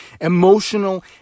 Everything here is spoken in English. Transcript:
emotional